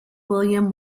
william